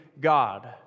God